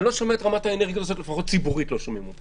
אני לא שומע, לפחות ציבורית, את